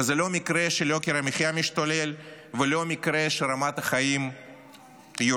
וזה לא מקרה שיוקר המחיה משתולל ולא מקרה שרמת החיים יורדת,